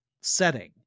setting